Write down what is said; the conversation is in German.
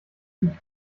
die